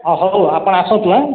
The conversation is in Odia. ହ ହଉ ଆପଣ ଆସନ୍ତୁ ହାଁ